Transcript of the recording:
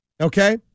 Okay